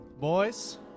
Boys